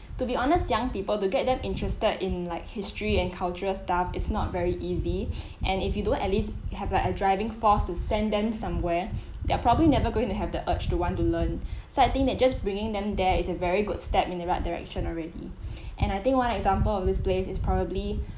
to be honest young people to get them interested in like history and cultural stuff it's not very easy and if you don't at least have like a driving force to send them somewhere they're probably never going to have the urge to want to learn so I think that just bringing them there is a very good step in the right direction already and I think one example of this place is probably